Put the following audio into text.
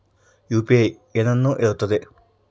UPI ಏನನ್ನು ಹೇಳುತ್ತದೆ?